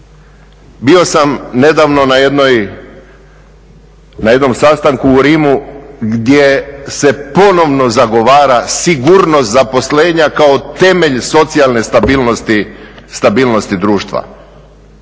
Bio sam nedavno na jednom sastanku u Rimu gdje se ponovno zagovara sigurnost zaposlenja kao temelj socijalne stabilnosti društva.